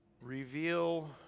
reveal